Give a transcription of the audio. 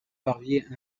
parvient